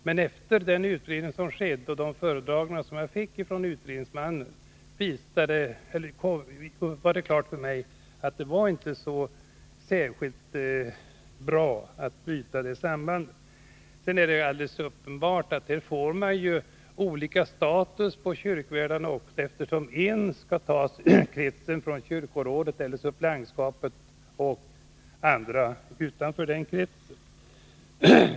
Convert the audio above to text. Men efter den utredning som skedde och de föredragningar som vi fick från utredningsmannen stod det klart för mig att det inte var särskilt bra att bryta det här sambandet. Sedan är det alldeles uppenbart att kyrkvärdarna också får olika status, eftersom en skall tas från kyrkorådet eller suppleantskapet och de andra utanför den kretsen.